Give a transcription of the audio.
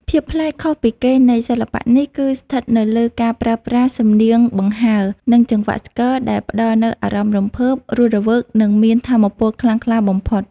ភាពប្លែកខុសពីគេនៃសិល្បៈនេះ គឺស្ថិតនៅលើការប្រើប្រាស់សំនៀងបង្ហើរ និងចង្វាក់ស្គរដែលផ្តល់នូវអារម្មណ៍រំភើប រស់រវើក និងមានថាមពលខ្លាំងក្លាបំផុត។